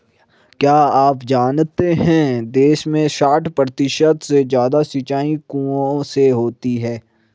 क्या आप जानते है देश में साठ प्रतिशत से ज़्यादा सिंचाई कुओं से होती है?